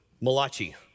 Malachi